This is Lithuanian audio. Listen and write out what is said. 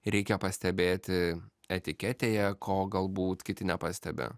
reikia pastebėti etiketėje ko galbūt kiti nepastebi